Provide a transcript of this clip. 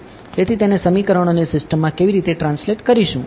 તેથી તેને સમીકરણોની સિસ્ટમમાં કેવી રીતે ટ્રાન્સલેટ કરીશું